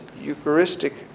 Eucharistic